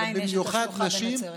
עדיין יש את השלוחה בנצרת.